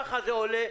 כך זה עולה,